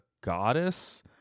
goddess